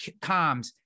comms